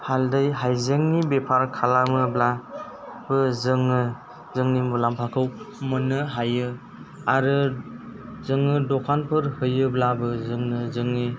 हालदै हायजेंनि बेफार खालामोब्लाबो जोङो जोंनि मुलाम्फाखौ मोनो हायो आरो जोङो दखानफोर होयोब्लाबो जोङो जोंनि